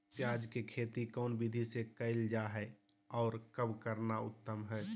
प्याज के खेती कौन विधि से कैल जा है, और कब करना उत्तम है?